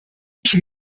ich